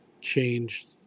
change